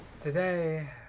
Today